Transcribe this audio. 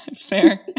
Fair